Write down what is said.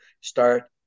start